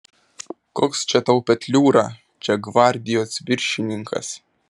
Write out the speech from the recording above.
koks čia tau petliūra čia gvardijos viršininkas